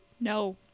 no